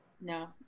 No